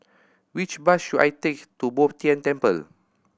which bus should I take to Bo Tien Temple